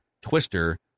Twister